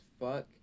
fuck